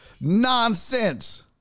nonsense